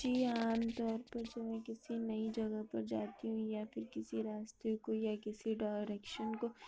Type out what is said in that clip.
جی ہاں عام طور پر جب میں کسی نئی جگہ پر جاتی ہوں یا پھر کسی راستے کو یا کسی ڈائریکشن کو